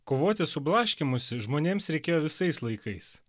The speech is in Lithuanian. kovoti su blaškymusi žmonėms reikėjo visais laikais